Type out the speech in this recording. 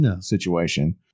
situation